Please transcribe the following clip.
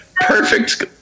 perfect